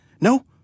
No